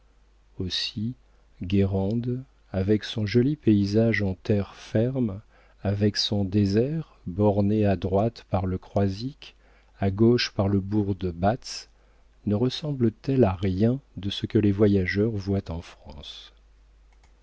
aussi guérande avec son joli paysage en terre ferme avec son désert borné à droite par le croisic à gauche par le bourg de batz ne ressemble t elle à rien de ce que les voyageurs voient en france